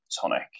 tonic